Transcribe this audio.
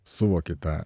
suvoki tą